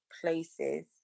places